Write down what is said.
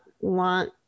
want